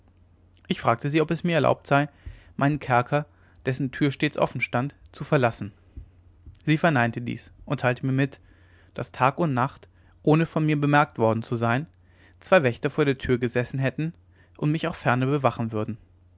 ich fragte sie ob es mir erlaubt sei meinen kerker dessen tür stets offen stand zu verlassen sie verneinte dies und teilte mir mit daß tag und nacht ohne von mir bemerkt worden zu sein zwei wächter vor der tür gesessen hätten und mich auch ferner bewachen würden